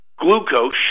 glucose